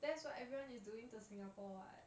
that's what everyone is doing to singapore [what]